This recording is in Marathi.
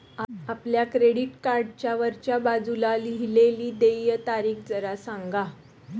आपल्या क्रेडिट कार्डच्या वरच्या बाजूला लिहिलेली देय तारीख जरा सांगा